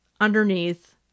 underneath